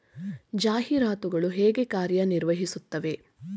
ಜಾಹೀರಾತುಗಳು ಹೇಗೆ ಕಾರ್ಯ ನಿರ್ವಹಿಸುತ್ತವೆ?